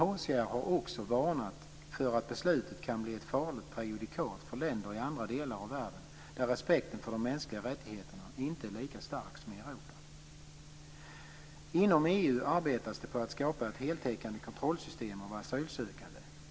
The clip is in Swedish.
UNHCR har också varnat för att beslutet kan bli ett farligt prejudikat för länder i andra delar av världen där respekten för de mänskliga rättigheterna inte är lika stark som i Inom EU arbetas det på att skapa ett heltäckande system för kontroll av asylsökande.